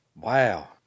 Wow